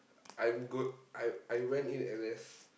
I'm go I I went in N_S